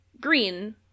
green